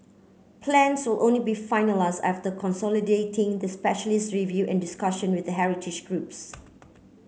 plans will only be finalised after consolidating the specialist review and discussion with heritage groups